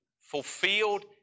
fulfilled